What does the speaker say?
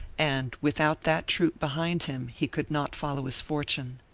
and, without that troop behind him, he could not follow his fortune.